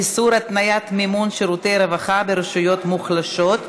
איסור התניית מימון שירותי רווחה ברשויות מוחלשות),